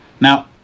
Now